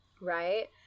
Right